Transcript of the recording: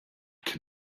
can